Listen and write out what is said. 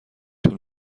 طول